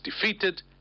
defeated